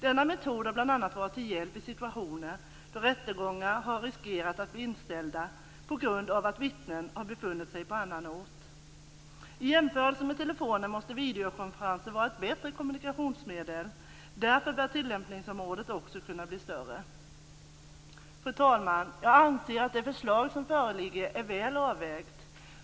Denna metod har bl.a. varit till hjälp i situationer då rättegångar har riskerat att bli inställda på grund av att vittnen har befunnit sig på annan ort. I jämförelse med telefonen måste videokonferenser vara ett bättre kommunikationsmedel. Därför bör tillämpningsområdet också kunna bli större. Fru talman! Jag anser att det förslag som föreligger är väl avvägt.